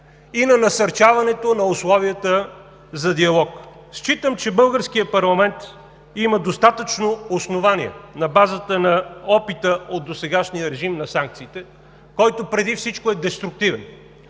и на насърчаването на условията за диалог. Считам, че българският парламент има достатъчно основания на базата на опита от досегашния режим на санкциите, който преди всичко е деструктивен.